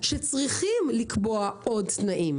שצריכים לקבוע עוד תנאים.